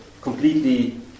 completely